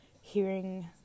hearing